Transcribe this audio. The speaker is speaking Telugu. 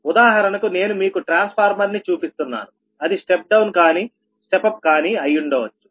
ఉదాహరణకు నేను మీకు ట్రాన్స్ఫార్మర్ ని చూపిస్తున్నాను అది స్టెప్ డౌన్ కానీ స్టెప్ అప్ కానీ అయ్యుండొచ్చు